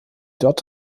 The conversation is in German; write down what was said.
dort